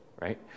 right